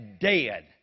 dead